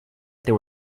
there